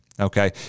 Okay